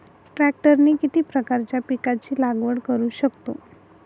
ट्रॅक्टरने किती प्रकारच्या पिकाची लागवड करु शकतो?